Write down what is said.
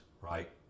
right